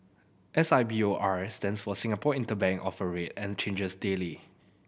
S I B O R stands for Singapore Interbank Offer Rate and changes daily